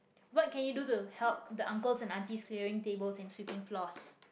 what can you do to help the uncles and aunties clearing tables and sweeping floors